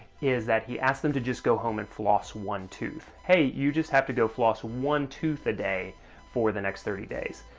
is that he asks them to just go home and floss one tooth. hey, you just have to go floss one tooth a day for the next thirty days.